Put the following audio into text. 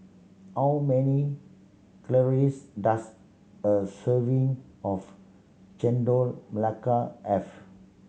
how many calories does a serving of Chendol Melaka have